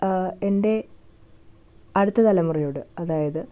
എൻ്റെ അടുത്ത തലമുറയോട് അതായത്